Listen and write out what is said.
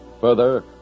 Further